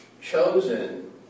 chosen